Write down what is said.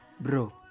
Bro